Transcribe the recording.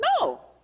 No